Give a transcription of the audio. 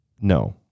No